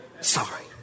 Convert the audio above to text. Sorry